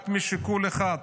רק משיקול אחד,